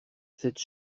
cette